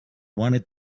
wanted